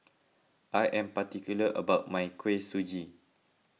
I am particular about my Kuih Suji